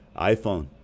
iPhone